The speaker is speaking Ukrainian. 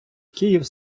київ